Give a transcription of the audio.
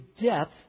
depth